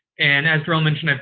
and as de'rell mentioned,